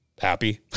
happy